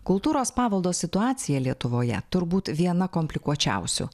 kultūros paveldo situacija lietuvoje turbūt viena komplikuočiausių